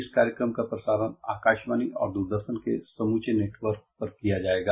इस कार्यक्रम का प्रसारण आकाशवाणी और दूरदर्शन के समूचे नेटवर्क पर किया जायेगा